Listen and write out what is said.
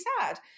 sad